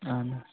اَہَن حظ